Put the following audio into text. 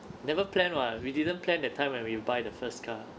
never plan [what] we didn't plan that time when we buy the first car